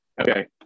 okay